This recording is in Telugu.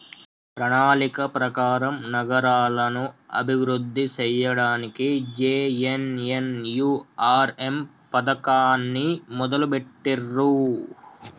ప్రణాళిక ప్రకారం నగరాలను అభివృద్ధి సేయ్యడానికి జే.ఎన్.ఎన్.యు.ఆర్.ఎమ్ పథకాన్ని మొదలుబెట్టిర్రు